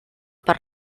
per